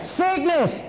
sickness